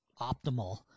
optimal